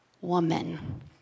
woman